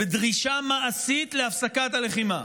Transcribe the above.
בדרישה מעשית להפסקת הלחימה.